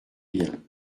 bien